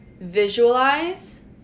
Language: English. visualize